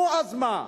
נו, אז מה?